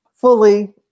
fully